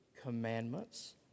commandments